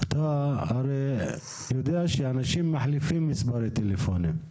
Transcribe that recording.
אתה הרי יודע שאנשים מחליפים מספרי טלפון,